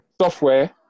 Software